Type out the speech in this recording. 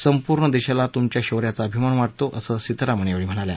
संपूर्ण देशाला तुमच्या शौर्याचा अभिमान वाज्ञो असं सीतारामन यावेळी म्हणाल्या